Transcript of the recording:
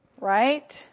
Right